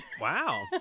Wow